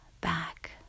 back